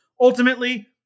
ultimately